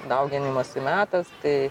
dauginimosi metas tai